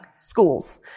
schools